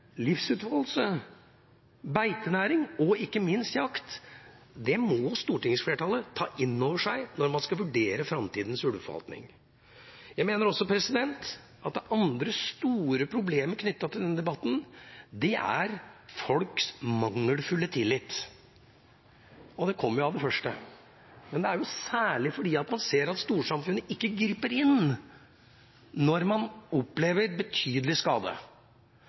beitenæring og ikke minst jakt må stortingsflertallet ta inn over seg når man skal vurdere framtidens ulveforvaltning. Det andre store problemet knyttet til denne debatten er folks mangelfulle tillit, og det kommer av det første her. Dette er særlig fordi man ser at storsamfunnet ikke griper inn når man opplever betydelig skade.